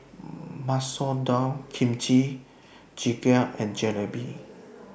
Masoor Dal Kimchi Jjigae and Jalebi